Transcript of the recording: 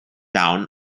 down